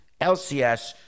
lcs